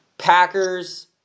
Packers